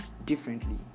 differently